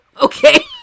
Okay